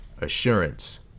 assurance